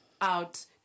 out